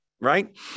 right